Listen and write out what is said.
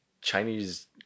Chinese